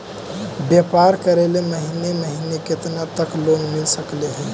व्यापार करेल महिने महिने केतना तक लोन मिल सकले हे?